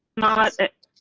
not it.